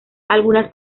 algunas